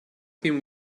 him